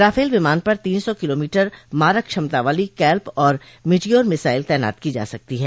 Rafale विमान पर तीन सौ किलोमीटर मारक क्षमता वाली कैल्प और मिटियोर मिसाइल तैनात की जा सकती है